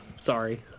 sorry